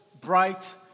bright